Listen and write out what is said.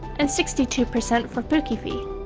and sixty two percent for pukifee.